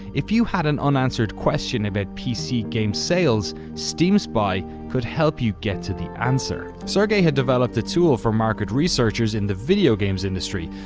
if you had an unanswered question about pc games sales, steam spy could help you get to the answer. sergey had developed a tool for market researchers in the video games industry,